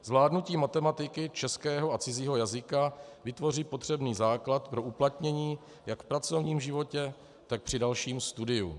Zvládnutí matematiky, českého a cizího jazyka vytvoří potřebný základ pro uplatnění jak v pracovním životě, tak při dalším studiu.